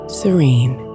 serene